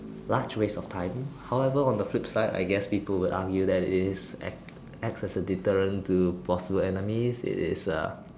large waste of time however on the flip side I guess people would argue that it is it acts as a deterrent to possible enemies it is a